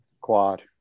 quad